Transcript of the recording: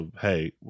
hey